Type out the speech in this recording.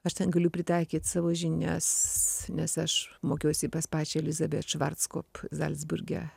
aš ten galiu pritaikyt savo žinias nes aš mokiausi pas pačią lizą betšvarckop zalcburge